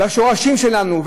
בשורשים שלנו,